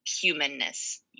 humanness